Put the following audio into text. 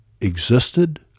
existed